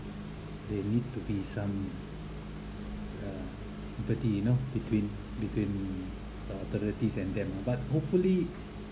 there need to be some uh empathy you know between between the authorities and them but hopefully